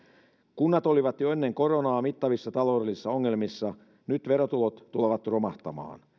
kunnat olivat jo ennen koronaa mittavissa taloudellisissa ongelmissa nyt verotulot tulevat romahtamaan